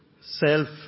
self